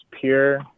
pure